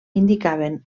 indicaven